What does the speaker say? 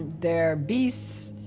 they're beasts,